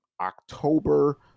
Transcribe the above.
october